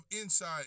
inside